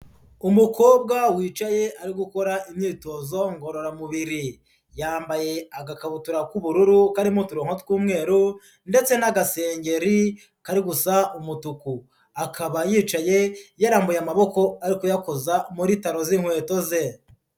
Umukobwa wicaye ari gukora imyitozo ngororamubiri, yambaye agakabutura k'ubururu karimo uturongo tw'umweru, ndetse n'agasengeri kari gusa umutuku. Akaba yicaye ,yarambuye amaboko ari kuyakoza muri taro z'inkweto ze.